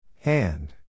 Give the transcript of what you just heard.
Hand